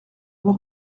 voir